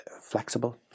flexible